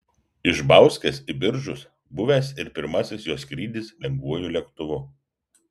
iš bauskės į biržus buvęs ir pirmasis jos skrydis lengvuoju lėktuvu